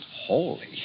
Holy